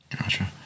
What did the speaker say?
Gotcha